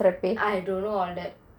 I don't know ah that